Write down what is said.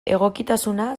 egokitasuna